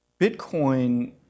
Bitcoin